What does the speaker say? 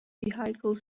vehicle